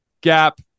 gap